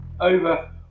over